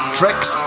tricks